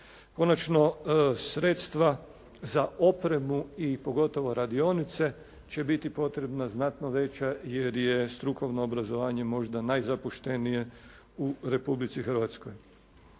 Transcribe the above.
Konačno sredstva za opremu i pogotovo radionice, će biti potrebna znatno veća jer je strukovno obrazovanje možda najzapuštenije u Republici Hrvatskoj.